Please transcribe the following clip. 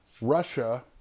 Russia